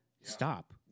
stop